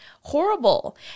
horrible